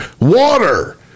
water